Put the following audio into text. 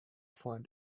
find